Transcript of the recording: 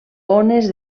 ones